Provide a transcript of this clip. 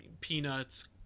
Peanuts